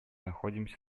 находимся